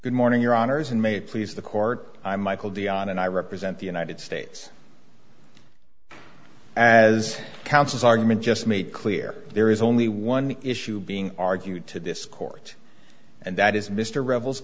good morning your honors in may please the court i'm michael dionne and i represent the united states as counsels argument just made clear there is only one issue being argued to this court and that is mr revels